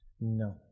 No